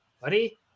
buddy